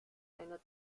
einer